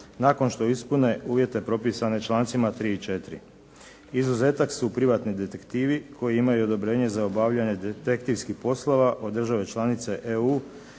nakon što ispune uvjete propisane člancima 3. i 4. Izuzetak su privatni detektivi koji imaju odobrenje za obavljanje detektivskih poslova od države članice EU